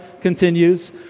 continues